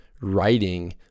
writing